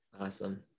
Awesome